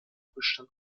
bestand